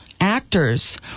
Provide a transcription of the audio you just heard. actors